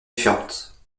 différente